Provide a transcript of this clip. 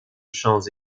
chants